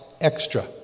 extra